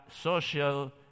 social